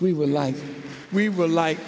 we were like we were like